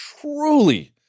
truly